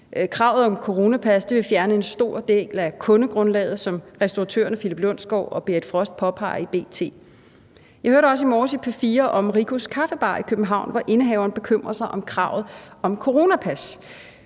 Kravet om coronapas vil fjerne en stor del af kundegrundlaget, som restauratørerne Philip Lundsgaard og Berit Frost påpeger i B.T. Jeg hørte også i morges i P4 om Riccos Kaffebar i København, hvor indehaveren bekymrer sig over kravet om coronapas.